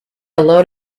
load